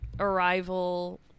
Arrival